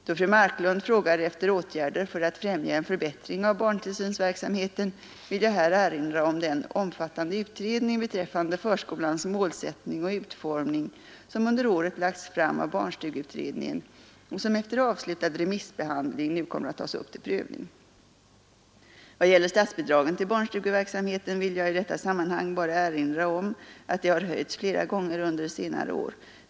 Då fru Marklund frågar efter åtgärder för att främja en förbättring av barntillsynsverksamheten vill jag här erinra om den omfattande utredning beträffande förskolans målsättning och utformning som under året lagts fram av barnstugeutredningen och som efter avslutad remissbehandling nu kommer att tas upp till prövning. Vad gäller statsbidragen till barnstugeverksamheten vill jag i detta sammanhang bara erinra om att de har höjts flera gånger under senare år.